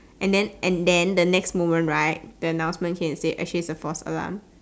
and then and then the next moment right the announcement came to say actually it was a false alarm